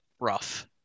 rough